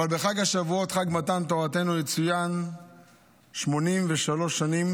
אבל בחג השבועות, חג מתן תורתנו, יצוינו 83 שנים